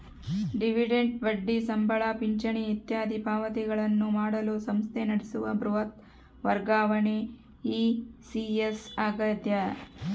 dividend ಬಡ್ಡಿ ಸಂಬಳ ಪಿಂಚಣಿ ಇತ್ಯಾದಿ ಪಾವತಿಗಳನ್ನು ಮಾಡಲು ಸಂಸ್ಥೆ ನಡೆಸುವ ಬೃಹತ್ ವರ್ಗಾವಣೆ ಇ.ಸಿ.ಎಸ್ ಆಗ್ಯದ